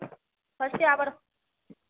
फस्टे our